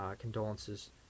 condolences